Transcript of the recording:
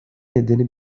nedeni